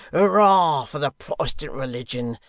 hurrah for the protestant religion!